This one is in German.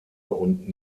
und